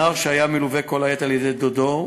והנער היה מלווה כל העת על-ידי דודו,